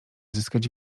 zyskać